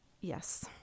Yes